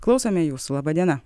klausome jūsų laba diena